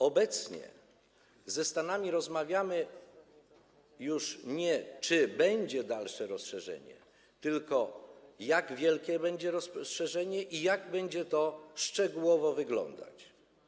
Obecnie ze Stanami rozmawiamy już nie o tym, czy będzie dalsze rozszerzenie, tylko o tym, jak wielkie będzie to rozszerzenie i jak będzie to szczegółowo wyglądać.